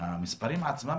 המספרים עצמם,